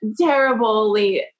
terribly